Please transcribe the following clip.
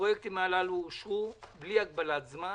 הצבעה בעד, 4 נגד, אין נמנעים,